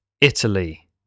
Italy